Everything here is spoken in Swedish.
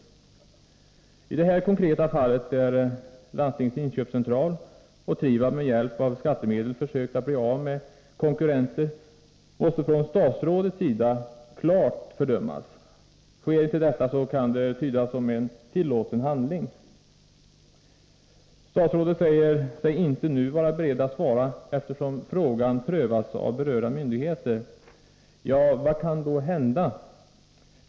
Att som i det nu nämnda konkreta fallet Landstingens inköpstentral och Trivab med hjälp av skattemedel försökt att bli av med konkurrenter måste från statsrådets sida klart fördömas. Sker inte detta, kan det inträffade tydas som en tillåten handling. Statsrådet säger sig inte nu vara beredd att svara, eftersom frågan prövas av berörda myndigheter. Vad kan då bli följden av en sådan prövning?